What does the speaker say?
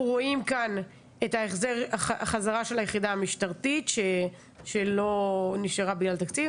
אנחנו רואים כאן את החזרה של היחידה המשטרתית שלא נשארה בגלל תקציב,